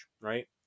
right